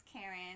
Karen